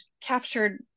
captured